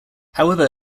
however